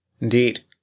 Indeed